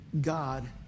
God